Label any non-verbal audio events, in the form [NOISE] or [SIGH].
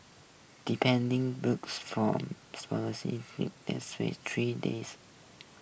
depending books from [UNINTELLIGIBLE] evening that's face tree days